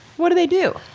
what do they do?